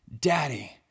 daddy